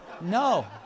No